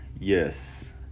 Yes